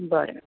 बरें